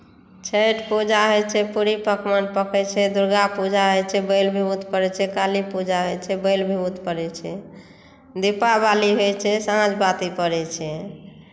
छठि पूजा होइत छै पूड़ी पकवान पकैत छै दूर्गा पूजा होइत छै बलि विभूति पड़ैत छै काली पूजा होइत छै बलि विभूति पड़ैत छै दीपावली होइत छै साँझ बाती पड़ैत छै